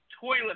toilet